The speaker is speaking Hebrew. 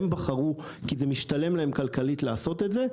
אם הם בחרו כי זה משתלם להם כלכלית לעשות את זה,